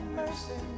mercy